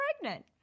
pregnant